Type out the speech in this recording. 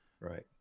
Right